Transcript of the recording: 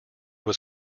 was